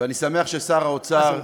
ואני שמח ששר האוצר,